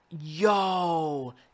yo